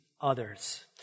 others